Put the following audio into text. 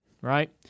right